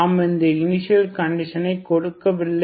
நாம் எந்த initial condition கொடுக்கவில்லை